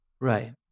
Right